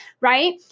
right